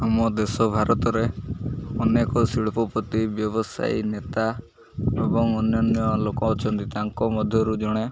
ଆମ ଦେଶ ଭାରତରେ ଅନେକ ଶିଳ୍ପପତି ବ୍ୟବସାୟୀ ନେତା ଏବଂ ଅନ୍ୟାନ୍ୟ ଲୋକ ଅଛନ୍ତି ତାଙ୍କ ମଧ୍ୟରୁ ଜଣେ